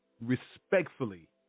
respectfully